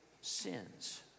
sins